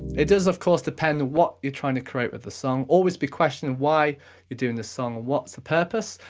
it does, of course, depend on what you're trying to create with the song. always be questioning why you're doing this song. what's the purpose.